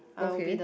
okay